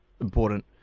important